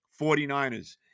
49ers